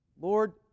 Lord